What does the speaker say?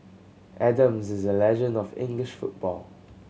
Adams is a legend of English football